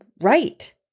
right